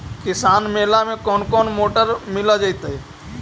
किसान मेला में कोन कोन मोटर मिल जैतै?